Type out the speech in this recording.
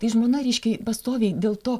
tai žmona reiškia pastoviai dėl to